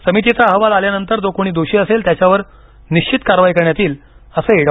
समितीचा अहवाल आल्यानंतर जो कोणी दोषी असेल त्याच्यावर निश्वित कारवाई करण्यात येईल असंही डॉ